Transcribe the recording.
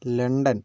London